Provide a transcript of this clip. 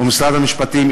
ומשרד המשפטים,